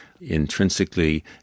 intrinsically